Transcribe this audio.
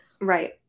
Right